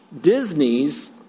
Disney's